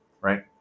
right